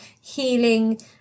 healing